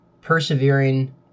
persevering